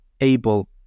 able